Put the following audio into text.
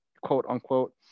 quote-unquote